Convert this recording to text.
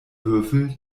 würfel